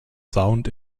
sound